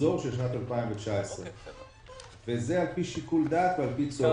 מהמחזור של שנת 2019. וזה על פי שיקול דעת ועל פי צורך.